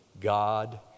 God